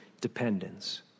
dependence